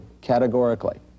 categorically